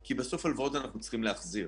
כי בסוף הלוואות אנחנו צריכים להחזיר.